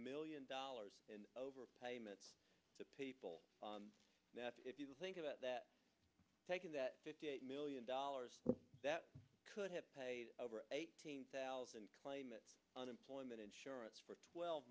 million dollars in over payments to people if you think about that taking that fifty million dollars that could have paid over eighteen thousand claimants unemployment insurance for twelve